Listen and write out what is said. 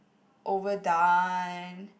overdone